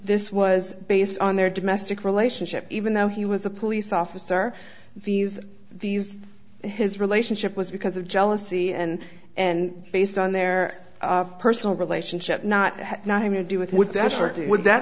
this was based on their domestic relationship even though he was a police officer these these his relationship was because of jealousy and and based on their personal relationship not not having to do with with that